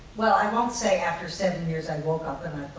well, i won't say after seven years i woke up and